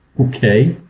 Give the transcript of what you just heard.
okay.